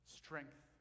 strength